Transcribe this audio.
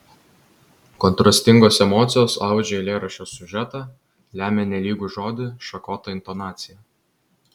kontrastingos emocijos audžia eilėraščio siužetą lemia nelygų žodį šakotą intonaciją